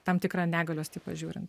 tam tikrą negalios tipą žiūrint